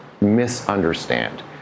misunderstand